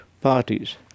parties